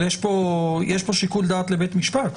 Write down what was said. יש שיקול דעת לבית משפט.